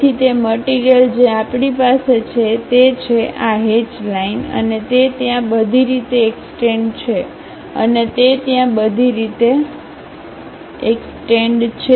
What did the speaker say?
તેથી તે મટીરીયલ જે આપણી પાસે છે તે છે આ હેચ લાઈનઅને તે ત્યાં બધી રીતે એક્સટેન્ડ છે અને તે ત્યાં બધી રીતે એક્સટેન્ડ છે